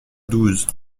douze